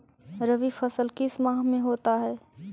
रवि फसल किस माह में होता है?